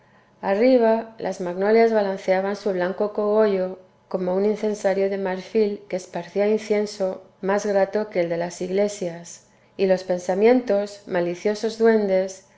arriba las magnolias balanceaban su blanco cogollo como un incensario de marfil que esparcía incienso más grato que el de las iglesias y los pensamientos maliciosos duendes